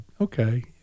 okay